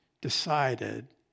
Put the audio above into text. decided